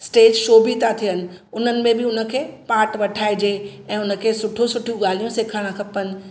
stage show बि था थियनि उन्हनि में बि उनखे पार्ट वठाएजे ऐं उनखे सुठियूं सुठियूं ॻाल्हियूं सेखारणु खपनि